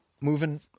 moving